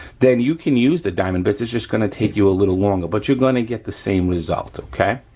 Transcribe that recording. then you can use the diamond bits, it's just gonna take you a little longer but you're gonna get the same result, okay?